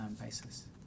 basis